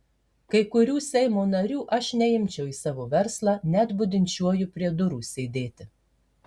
kai kurių seimo narių aš neimčiau į savo verslą net budinčiuoju prie durų sėdėti